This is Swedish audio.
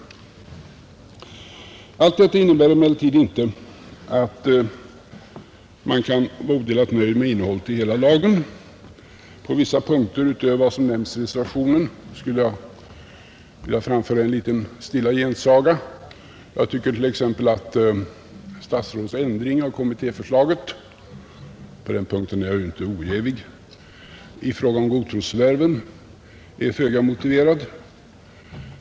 Allt detta innebär emellertid inte att man kan vara odelat nöjd med innehållet i hela lagen. I vissa punkter utöver vad som nämnts i reservationen skulle jag vilja framföra en liten stilla gensaga. Jag tycker t.ex. att statsrådets ändring av kommittéförslaget — på den punkten är jag ju inte ojävig — i fråga om godtrosförvärven är föga motiverad.